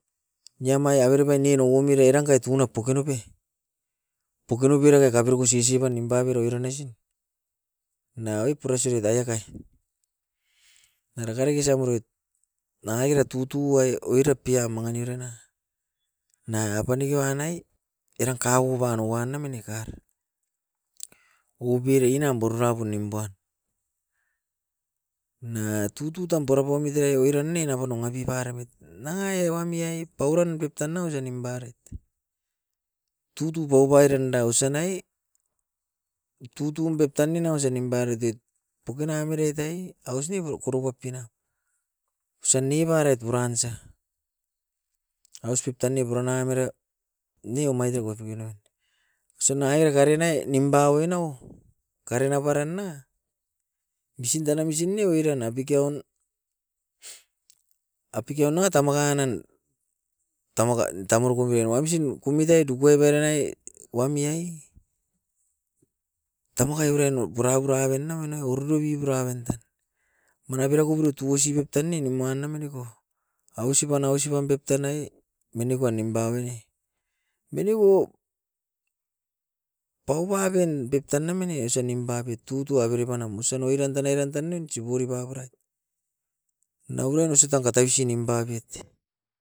Niamai averepai ninou umire rangkai tunat pokinope, pokinope era kakaporoko sisipa nimpape oira aisin, nanga pep pura siotai akai na rakadiki osa puroit nangakera tutu ai oira pian manginip uruain na. Nanga paneke wanai eran kauva nou wan namene kar, oubiri inam burara bounimpuan. Nanga tutu tamm puraomit ae uruain ne na bonowami bairemit. Nanga e wami ai pauran pep tan ausa nimparait, tutou paupairenda ausa nai, tutum pep tan ne na ausa nimparait oit pokina avere tai aus ne bokoropap pinam. Osa nibaret buran isa, aus pep tan ne buran namera niomait teko tuiran. Osenai e karinai nimpau ue nao, karina baran na, misin tan a misin ne oiran a pikioun, apikioun na tamaka nan tamirukubio wamsin kumitai duku avera nai wami ai. Tamukai oiran pura puraban na oin na ururobi burawen tan, mana bira kobiro tuosi pep tan ne nimuan na miniko. Ausipan, ausipan pep tanai minikuan nimpaoinai. Minibou paubaben pep tan namene ousa nimpapet tutu avere pan nam osan oiran tan airan tan neon sibori babaraiet. Na oiran usa tanga ta usinum babet